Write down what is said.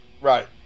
Right